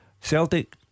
Celtic